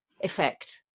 effect